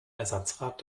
ersatzrad